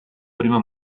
prima